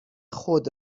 خود